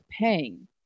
paying